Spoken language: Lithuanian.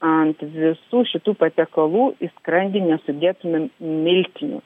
ant visų šitų patiekalų į skrandį nesudėtumėm miltinių